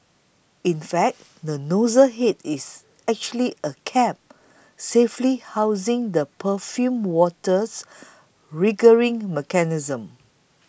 in fact the nozzle head is actually a cap safely housing the perfumed water's triggering mechanism